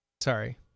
Sorry